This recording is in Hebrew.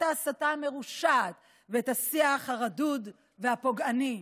ההסתה המרושעת ואת השיח הרדוד והפוגעני.